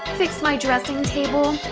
fix my dressing-table?